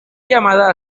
llamada